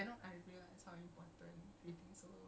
yikes